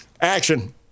Action